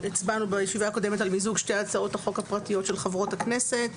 בישיבה הקודמת הצבענו על מיזוג שתי הצעות החוק הפרטיות של חברות הכנסת.